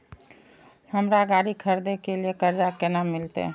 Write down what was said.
हमरा गाड़ी खरदे के लिए कर्जा केना मिलते?